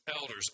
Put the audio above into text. Elders